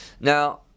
Now